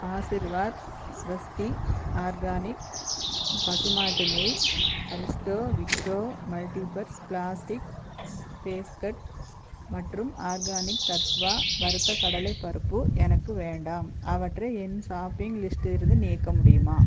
Ashirwad Swasti organic பசுமாட்டு நெய் Aristo Vikro multipurpose plastic basket மற்றும் ஆர்கானிக் தத்வா வறுத்த கடலைப்பருப்பு எனக்கு வேண்டாம் அவற்றை என் சாப்பிங் லிஸ்டில் இருந்து நீக்க முடியுமா